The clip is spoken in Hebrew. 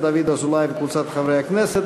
לדיון מוקדם בוועדת הפנים והגנת הסביבה נתקבלה.